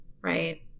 Right